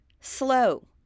slow